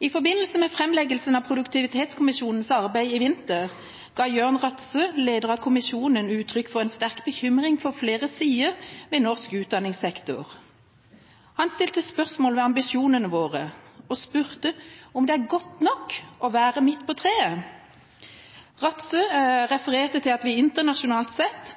I forbindelse med framleggelsen av Produktivitetskommisjonens arbeid i vinter ga Jørn Rattsø, leder av kommisjonen, uttrykk for en sterk bekymring for flere sider ved norsk utdanningssektor. Han stilte spørsmål ved ambisjonene våre og spurte om det er godt nok å være midt på treet. Rattsø refererte til at vi internasjonalt sett